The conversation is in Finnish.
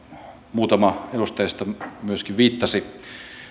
muutama edustajista viittasi